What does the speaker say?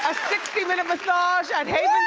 ah sixty minute massage at haven